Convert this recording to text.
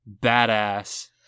badass